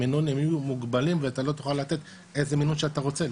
המינונים יהיו מוגבלים ואתה לא תוכל לתת איזה מינון שאתה רוצה,